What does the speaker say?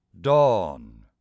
Dawn